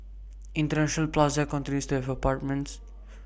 International plaza continues to have apartments